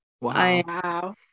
Wow